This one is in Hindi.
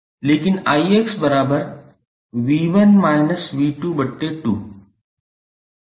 लेकिन 𝑖𝑥 𝑉1−𝑉22